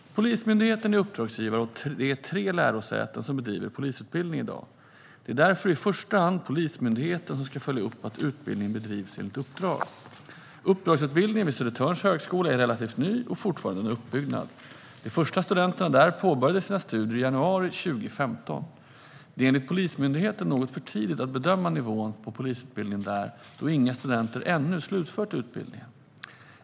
Polismyndigheten är uppdragsgivare åt de tre lärosäten som bedriver polisutbildning i dag. Det är därför i första hand Polismyndigheten som ska följa upp att utbildningen bedrivs enligt uppdrag. Uppdragsutbildningen vid Södertörns högskola är relativt ny och fortfarande under uppbyggnad. De första studenterna där påbörjade sina studier i januari 2015. Det är enligt Polismyndigheten något för tidigt att bedöma nivån på polisutbildningen där, då inga studenter ännu slutfört utbildningen.